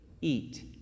eat